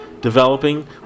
developing